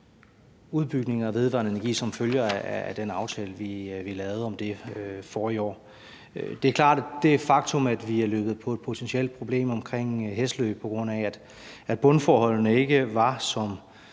udbygninger af vedvarende energi, som følger af den aftale, vi lavede om det forrige år. Det er klart, at det faktum, at vi er løbet på et potentielt problem omkring Hesselø, på grund af at bundforholdene ikke er, som